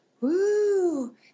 Woo